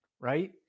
right